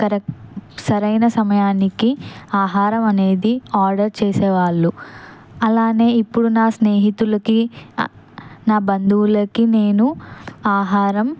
correct సరైన సమయానికి ఆహారం అనేది ఆర్డర్ చేసేవాళ్ళు అలానే ఇప్పుడు నా స్నేహితులకి నా బంధువులకి నేను ఆహారం